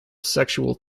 sexual